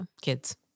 kids